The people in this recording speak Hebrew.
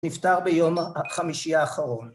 נפטר ביום החמישי האחרון.